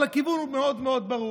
אבל הכיוון הוא מאוד מאוד ברור.